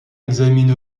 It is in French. examine